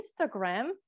instagram